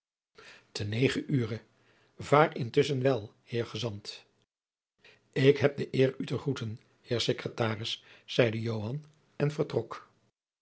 te negen ure vaar intusschen wel heer gezant ik heb de eer u te groeten heer secretaris zeide joan en vertrok